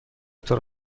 طور